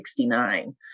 1969